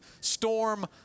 storm